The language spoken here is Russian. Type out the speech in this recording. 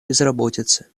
безработицы